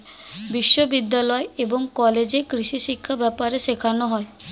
বিশ্ববিদ্যালয় এবং কলেজে কৃষিশিক্ষা ব্যাপারে শেখানো হয়